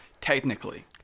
Technically